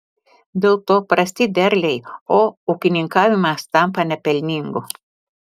dėl to prasti derliai o ūkininkavimas tampa nepelningu